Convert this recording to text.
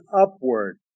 upward